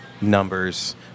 numbers